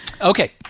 Okay